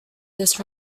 this